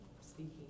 speaking